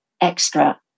extra